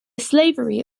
slavery